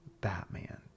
Batman